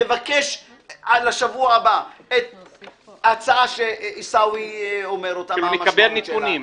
נבקש לשבוע הבא את ההצעה שעיסאווי אומר אותה ומה המשמעות שלה,